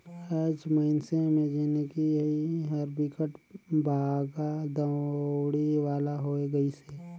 आएज मइनसे मे जिनगी हर बिकट भागा दउड़ी वाला होये गइसे